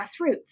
grassroots